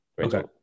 okay